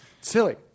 Silly